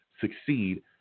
succeed –